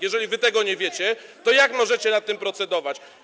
Jeżeli wy tego nie wiecie, to jak możecie nad tym procedować?